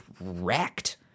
wrecked